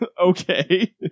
okay